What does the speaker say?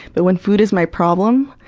but when food is my problem,